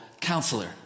counselor